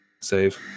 Save